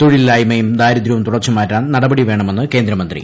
തൊഴിലില്ലായ്മയും ദാരിദ്ര്യവും തുടച്ച് മാറ്റാൻ നടപടി വേണമെന്ന് കേന്ദ്രമന്ത്രി